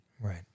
Right